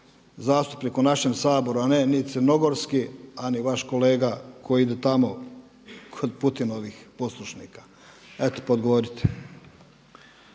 zastupnik u našem Saboru, a ne ni crnogorski, a ni vaš kolega koji ide tamo kod Putinovih poslušnika. Eto pa odgovorite.